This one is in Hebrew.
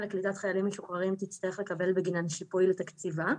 לקליטת חיילים משוחררים תצטרך לקבל בגינן שיפוי לתקציבה.